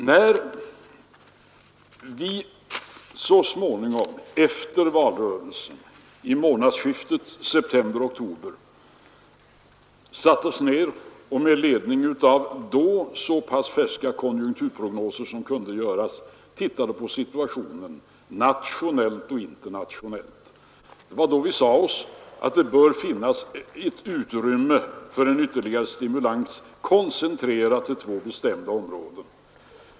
När vi så småningom efter valrörelsen, i månadsskiftet september —oktober, satte oss ned och med ledning av då så färska konjunkturprognoser som kunde göras tittade på situationen nationellt och internationellt, sade vi oss att det borde finnas utrymme för en ytterligare stimulans, koncentrerad till två bestämda områden.